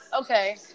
Okay